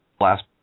last